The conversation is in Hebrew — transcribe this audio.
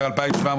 הרוויזיה הוסרה.